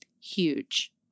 Huge